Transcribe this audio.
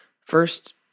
first